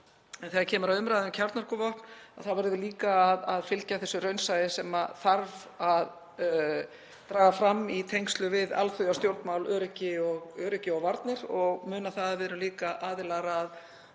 þegar kemur að umræðu um kjarnorkuvopn þá verðum við líka að fylgja þessu raunsæi sem þarf að draga fram í tengslum við alþjóðastjórnmál, öryggi og varnir og muna að við erum líka aðilar að